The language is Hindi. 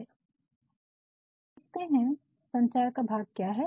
अब देखते हैं संचार का भाग क्या है